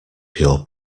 pure